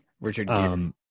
Richard